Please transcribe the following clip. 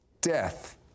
Death